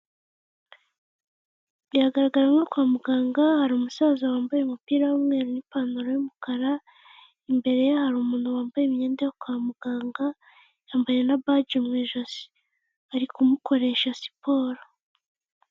Biragaragara nko kwa muganga hari umusaza wambaye umupira w'umweru n'ipantaro y'umukara imbere ye hari umuntu wambaye imyenda yo kwa muganga yambaye na baji mu ijosi ari kumukoresha siporo.